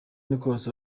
nicolas